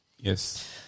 Yes